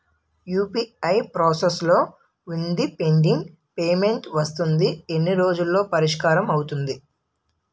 UPI process లో వుందిపెండింగ్ payment వస్తుంది ఎన్ని రోజుల్లో పరిష్కారం అవుతుంది